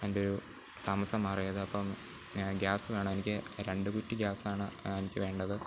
എൻ്റെ ഒരു താമസം മാറിയത് അപ്പം ഗ്യാസ് വേണം എനിക്ക് രണ്ട് കുറ്റി ഗ്യാസാണ് എനിക്ക് വേണ്ടത്